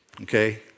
Okay